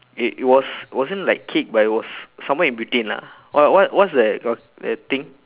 it was wasn't like cake but it was somewhere in between lah what what what is that that thing